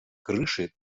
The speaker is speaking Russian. крыши